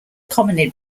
commonly